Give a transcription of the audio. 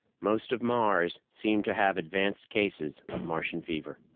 most of mars seemed to have advanced cases of martian fever.